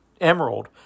emerald